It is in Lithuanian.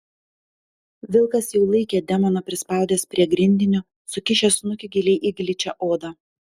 vilkas jau laikė demoną prispaudęs prie grindinio sukišęs snukį giliai į gličią odą